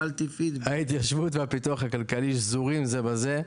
ההתיישבות והפיתוח הכלכלי שזורים זה בזה.